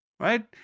Right